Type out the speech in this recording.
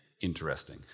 interesting